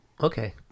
Okay